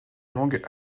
langue